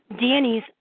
Danny's